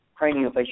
craniofacial